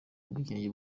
ubwigenge